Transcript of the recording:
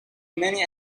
many